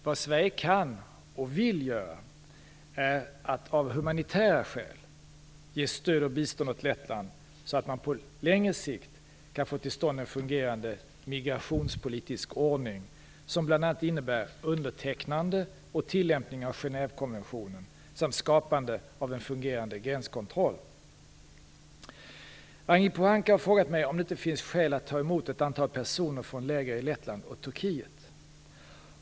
Vad Sverige kan och vill göra är att av humanitära skäl ge stöd och bistånd åt Lettland så att man på längre sikt kan få till stånd en fungerande migrationspolitisk ordning som bl.a. innebär undertecknande och tillämpning av Genèvekonventionen samt skapande av en fungerande gränskontroll. Ragnhild Pohanka har frågat mig om det inte finns skäl att ta emot ett antal personer från läger i Lettland och Turkiet.